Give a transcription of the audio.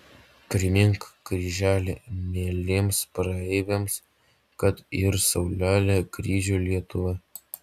primink kryželi mieliems praeiviams kad yr saulelė kryžių lietuva